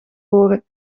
horen